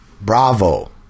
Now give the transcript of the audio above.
bravo